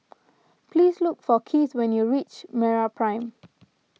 please look for Kieth when you reach MeraPrime